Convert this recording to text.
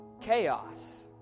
chaos